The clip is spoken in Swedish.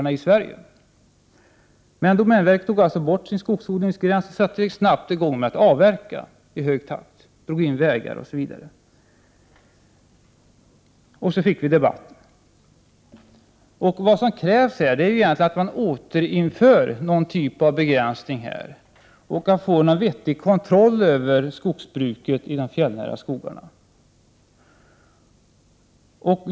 Trots det avskaffade domänverket skogsodlingsgränsen och satte snabbt och i hög takt i gång med avverkning. Vägar drogs fram osv. Sedan kom alltså debatten i gång. Vad som krävs i detta sammanhang är egentligen ett återinförande av något slags begränsning. Det gäller att få en vettig kontroll över skogsbruket i de fjällnära skogarna.